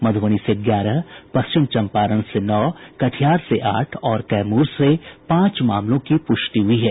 मधुबनी से ग्यारह पश्चिम चंपारण से नौ कटिहार से आठ और कैमूर से पांच मामलों की पुष्टि हुई है